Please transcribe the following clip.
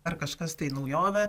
ar kažkas tai naujovė